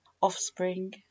offspring